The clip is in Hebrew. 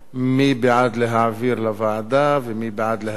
מי בעד להעביר לוועדה ומי בעד להסיר?